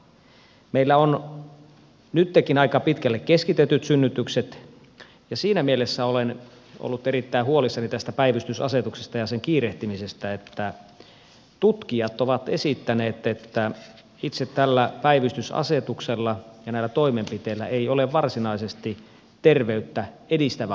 meillä on nytkin aika pitkälle keskitetyt synnytykset ja siinä mielessä olen ollut erittäin huolissani tästä päivystysasetuksesta ja sen kiirehtimisestä että tutkijat ovat esittäneet että itse tällä päivystysasetuksella ja näillä toimenpiteillä ei ole varsinaisesti terveyttä edistävää vaikutusta